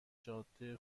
جاده